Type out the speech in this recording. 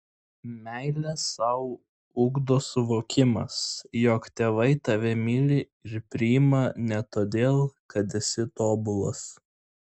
meilę sau ugdo suvokimas jog tėvai tave myli ir priima ne todėl kad esi tobulas